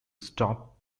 stop